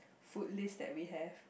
food list that we have